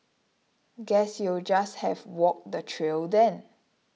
guess you'll just have walk the trail then